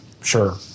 Sure